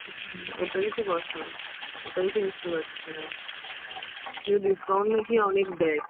ওটাই তো কথা ওটাই তো বুঝতে পারছি না তো ডিসকাউন্ট নাকি অনেক দেয়